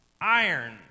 iron